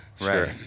Right